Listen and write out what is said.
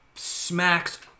smacks